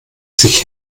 sich